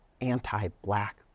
anti-black